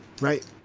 right